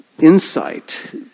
insight